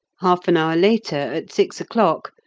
half an hour later, at six o'clock,